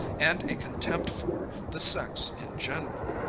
and a contempt for, the sex in general.